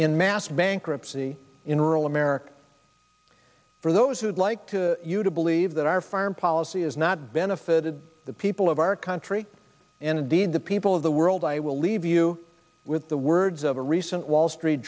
in mass bankruptcy in rural america for those who would like to you to believe that our foreign policy is not benefited the people of our country and indeed the people of the world i will leave you with the words of a recent wall street